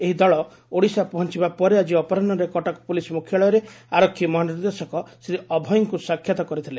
ଏହି ଦଳ ଓଡ଼ିଶା ପହଞ୍ଚବା ପରେ ଆକି ଅପରାହ୍ବରେ କଟକ ପୁଲିସ୍ ମୁଖ୍ୟାଳୟଠାରେ ଆରକ୍ଷୀ ମହାନିର୍ଦ୍ଦେଶକ ଶ୍ରୀ ଅଭୟଙ୍କୁ ସାକ୍ଷାତ୍ କରିଥିଲେ